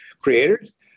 creators